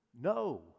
no